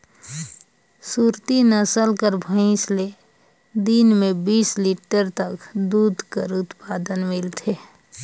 सुरती नसल कर भंइस ले दिन में बीस लीटर तक दूद कर उत्पादन मिलथे